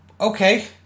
okay